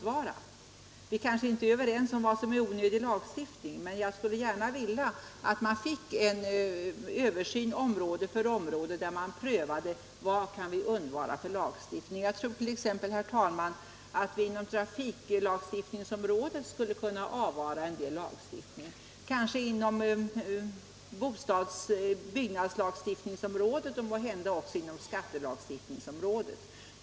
Vi kanske inte är överens om vad som är onödig lagstiftning, men jag skulle vilja att vi fick en översyn område för område och prövade vilken lagstiftning som kunde undvaras. Jag tror t.ex. att vi skulle kunna undvara en del lagstiftning på trafikområdet, kanske på byggnadsområdet och måhända också på skatteområdet.